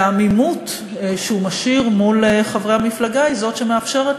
והעמימות שהוא משאיר מול חברי המפלגה היא זאת שמאפשרת